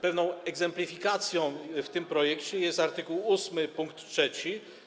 Pewną egzemplifikacją w tym projekcie jest art. 8 pkt 3.